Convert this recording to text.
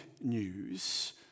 news